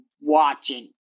watching